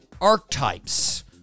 Archetypes